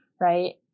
right